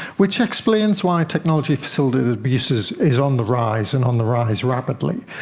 which explains why technology facilitated abuses is on the rise and on the rise rapidly.